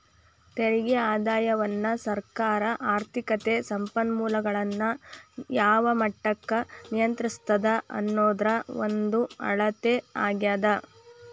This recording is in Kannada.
ತೆರಿಗೆ ಆದಾಯವನ್ನ ಸರ್ಕಾರ ಆರ್ಥಿಕತೆ ಸಂಪನ್ಮೂಲಗಳನ್ನ ಯಾವ ಮಟ್ಟಕ್ಕ ನಿಯಂತ್ರಿಸ್ತದ ಅನ್ನೋದ್ರ ಒಂದ ಅಳತೆ ಆಗ್ಯಾದ